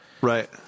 Right